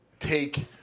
take